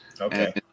Okay